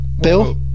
Bill